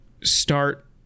start